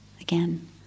again